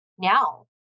now